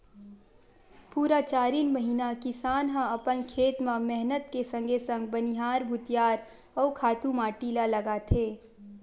पुरा चारिन महिना किसान ह अपन खेत म मेहनत के संगे संग बनिहार भुतिहार अउ खातू माटी ल लगाथे